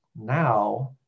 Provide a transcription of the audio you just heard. Now